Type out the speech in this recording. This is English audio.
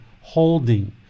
holding